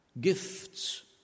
Gifts